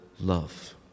love